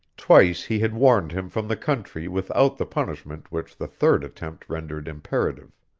twice he had warned him from the country without the punishment which the third attempt rendered imperative.